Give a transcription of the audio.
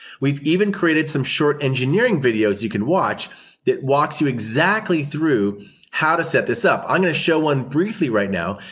we've even created some short engineering videos you can watch that walks you exactly through how to set this up. i'm going to show one briefly right now.